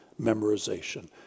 memorization